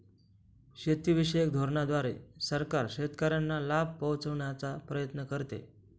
शेतीविषयक धोरणांद्वारे सरकार शेतकऱ्यांना लाभ पोहचवण्याचा प्रयत्न करते